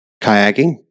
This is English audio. Kayaking